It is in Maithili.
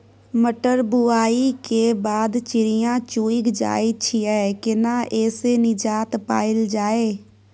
मटर बुआई के बाद चिड़िया चुइग जाय छियै केना ऐसे निजात पायल जाय?